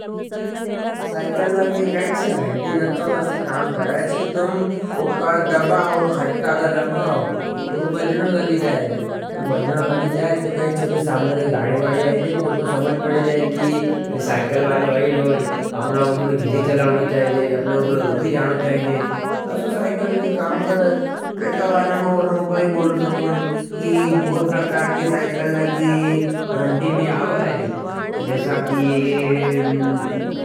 साइकिल ने ना कई छे, घंटी ने तो ऐसा काम करत। कि तुम औ का दबाओ हटकाओ तो बजाई लगने जावट। तो सामने कोई गाड़ी वाडी आयी छे तो ओ को समझ पड़ी। जायी कि साइकिल वालो आयो। साइकिल का काम करच की बहुत प्रकार की साइकिल ना की घंटी भी आवच।